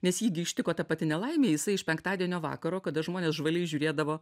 nes jį ištiko ta pati nelaimė jisai iš penktadienio vakaro kada žmonės žvaliai žiūrėdavo